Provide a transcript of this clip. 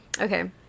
Okay